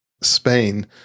Spain